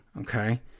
Okay